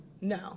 no